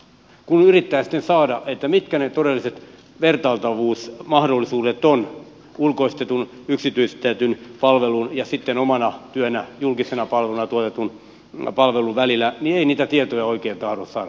kun yrittää sitten saada tietoa mitkä ovat ne todelliset vertailtavuusmahdollisuudet ulkoistetun yksityistetyn palvelun ja sitten omana työnä julkisena palveluna tuotetun palvelun välillä niin ei niitä tietoja oikein tahdo saada